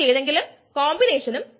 അതായത് അക്യുമിലേഷൻ നിരക്ക്